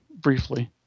briefly